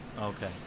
Okay